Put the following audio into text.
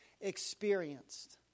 experienced